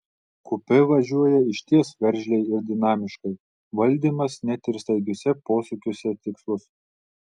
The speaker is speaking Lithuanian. kupė važiuoja išties veržliai ir dinamiškai valdymas net ir staigiuose posūkiuose tikslus